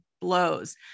blows